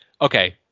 Okay